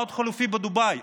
מה עוד חליפי בדובאי?